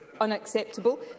unacceptable